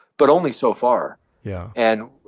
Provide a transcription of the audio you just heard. but only so far yeah and,